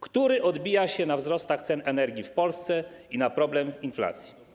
który odbija się na wzrostach cen energii w Polsce i na problemie inflacji.